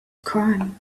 crime